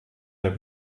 der